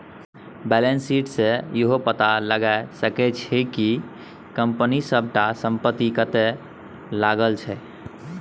balance sheet सँ इहो पता लगा सकै छी कि कंपनी सबटा संपत्ति कतय लागल छै